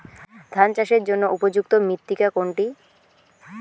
ধান চাষের জন্য উপযুক্ত মৃত্তিকা কোনটি?